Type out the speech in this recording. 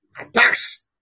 Attacks